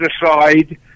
decide